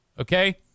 okay